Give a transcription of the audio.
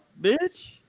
bitch